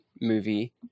movie